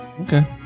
Okay